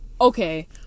okay